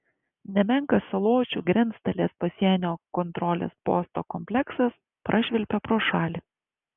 nemenkas saločių grenctalės pasienio kontrolės posto kompleksas prašvilpia pro šalį